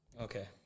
Okay